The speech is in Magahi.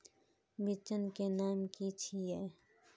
बिचन के नाम की छिये?